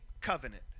covenant